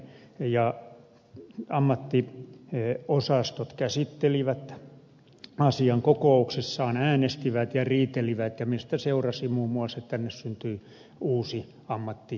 ja ammattiosastot käsittelivät asian kokouksessaan äänestivät ja riitelivät mistä seurasi muun muassa että tänne syntyi uusi ammattiosasto